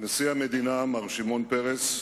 נשיא המדינה מר שמעון פרס,